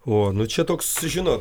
o nu čia toks žinot